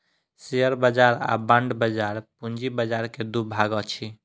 share बाजार आ bond बाजार पूंजी बाजार के दू भाग अछि